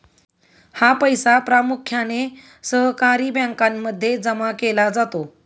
हा पैसा प्रामुख्याने सहकारी बँकांमध्ये जमा केला जातो